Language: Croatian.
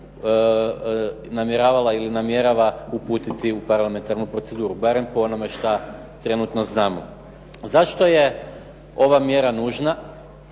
namjeravala ili namjerava uputiti u parlamentarnu proceduru, barem po onome što trenutno znamo. Zašto je ova mjera nužna?